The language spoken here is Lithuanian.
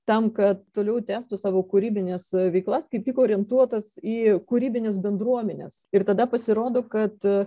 tam kad toliau tęstų savo kūrybines veiklas kaip tik orientuotas į kūrybines bendruomenes ir tada pasirodo kad